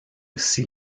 aussi